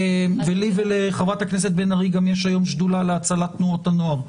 מה גם שלי ולחברת הכנסת בן ארי יש היום גם שדולה להצלת תנועות הנוער.